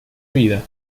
vida